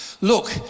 Look